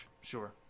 Sure